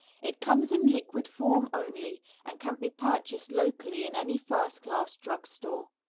it comes in liquid form only, and can be purchased locally in any first-class drug store.